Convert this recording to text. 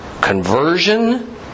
conversion